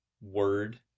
word